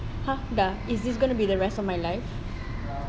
ha dah is this going to be the rest of my life